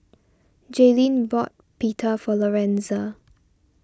Jayleen bought Pita for Lorenza